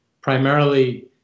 primarily